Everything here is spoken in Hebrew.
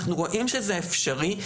אנחנו רואים שזה אפשרי.